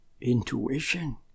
Intuition